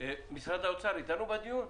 משרד האוצר איתנו בדיון?